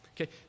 okay